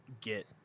get